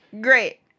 Great